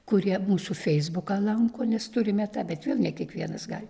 kurie mūsų feisbuką lanko nes turime tą bet vėl ne kiekvienas gali